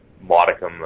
modicum